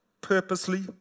purposely